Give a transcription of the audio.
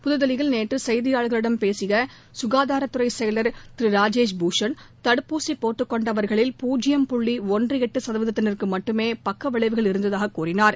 புதுதில்லியில் நேற்று செய்தியாளர்களிடம் பேசிய சுகாதாரத் துறை செயலர் திரு ராஜேஷ் பூஷன் தடுப்பூசி போட்டுக் கொண்டவர்களில் பூஜ்யம் புள்ளி ஒன்று எட்டு கதவீதத்தினருக்கு மட்டுமே பக்க விளைவுகள் இருந்ததாக கூறினார்